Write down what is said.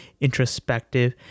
introspective